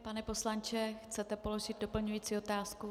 Pane poslanče, chcete položit doplňující otázku?